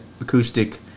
acoustic